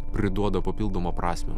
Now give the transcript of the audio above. priduoda papildomą prasmę